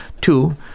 Two